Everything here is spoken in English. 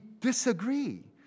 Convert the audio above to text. disagree